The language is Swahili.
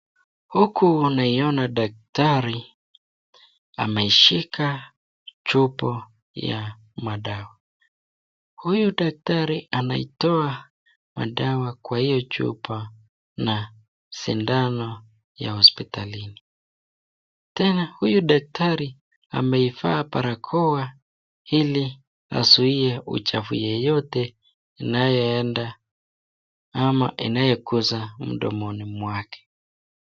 Huku naiona daktari ameishika chupa ya dawa. Huyu daktari anaitoa madawa kwa hiyo chupa na sindano ya hospitalini, tena huyu daktari ameivaa barakoa ili azuie uchafu yeyote inayeenda ama inayokosa mdomoni mwake.